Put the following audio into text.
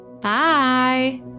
Bye